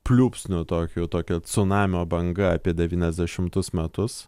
pliūpsniu tokiu tokia cunamio banga apie devyniasdešimus metus